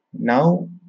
now